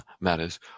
matters